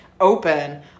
open